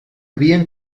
havien